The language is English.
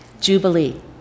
Jubilee